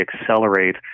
accelerate